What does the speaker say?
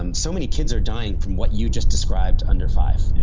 um so many kids are dying, from what you just described, under five. yeah